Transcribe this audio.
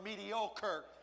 mediocre